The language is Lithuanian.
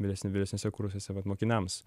geresni vyresniuose kursuose vat mokiniams